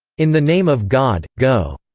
in the name of god, go!